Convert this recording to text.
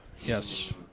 Yes